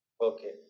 Okay